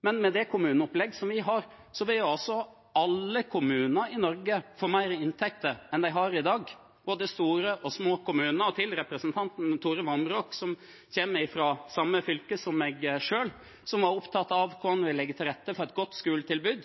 Men med det kommuneopplegget vi har, vil altså alle kommuner i Norge få mer inntekter enn de har i dag, både store og små kommuner. Til representanten Tore Vamraak, som kommer fra samme fylke som meg selv, og som var opptatt av hvordan vi legger til rette for et godt skoletilbud: